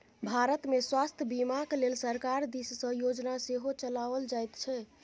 भारतमे स्वास्थ्य बीमाक लेल सरकार दिससँ योजना सेहो चलाओल जाइत छै